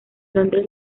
londres